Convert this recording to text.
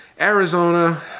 Arizona